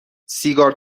سیگار